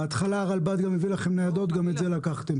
בהתחלה הרלב"ד היה מביא לכם ניידות אבל גם את זה לקחתם.